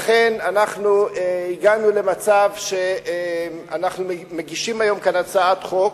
לכן הגענו למצב שאנחנו מגישים היום הצעת חוק